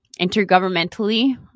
intergovernmentally